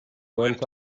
went